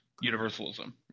universalism